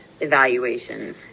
evaluation